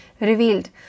revealed